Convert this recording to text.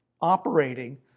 operating